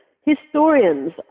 Historians